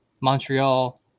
Montreal